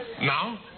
Now